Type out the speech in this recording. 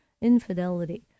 infidelity